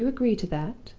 do you agree to that?